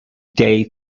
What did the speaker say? day